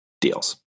deals